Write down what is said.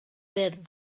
wyrdd